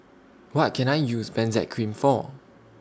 What Can I use Benzac Cream For